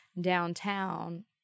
downtown